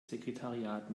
sekretariat